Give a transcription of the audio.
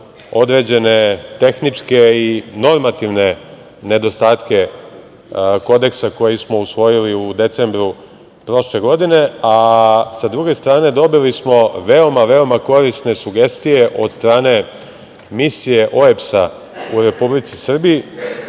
određene tehničke i normativne nedostatke Kodeksa koji smo usvojili u decembru prošle godine.S druge strane, dobili smo veoma, veoma korisne sugestije od strane Misije OEBS-a u Republici Srbiji.